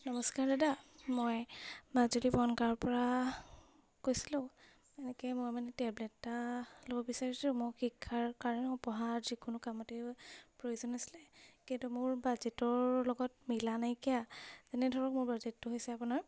নমস্কাৰ দাদা মই মাজুলী বনগাঁৱৰ পৰা কৈছিলোঁ এনেকৈ মই মানে টেবলেট এটা ল'ব বিচাৰিছোঁ মোক শিক্ষাৰ কাৰণে পঢ়াৰ যিকোনো কামতে প্ৰয়োজন আছিলে কিন্তু মোৰ বাজেটৰ লগত মিলা নাইকিয়া যেনে ধৰক মোৰ বাজেটটো হৈছে আপোনাৰ